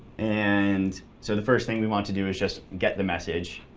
and so the first thing we want to do is just get the message.